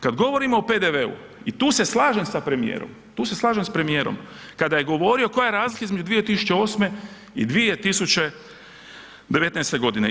Kada govorimo o PDV-u i tu se slažem sa premijerom, tu se slažem sa premijerom, kada je govorio koja je razlika između 2008. i 2019. godine.